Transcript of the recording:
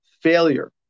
failure